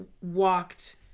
walked